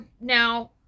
now